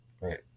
Right